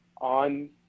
on